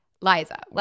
Liza